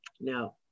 Now